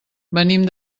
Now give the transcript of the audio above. venim